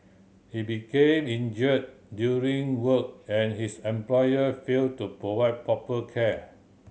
he became injured during work and his employer failed to provide proper care